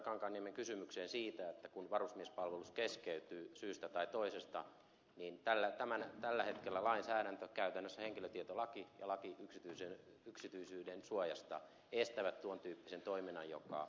kankaanniemen kysymykseen siitä kun varusmiespalvelus keskeytyy syystä tai toisesta niin tällä hetkellä lainsäädäntö käytännössä henkilötietolaki ja laki yksityisyyden suojasta estävät tuon tyyppisen toiminnan joka ed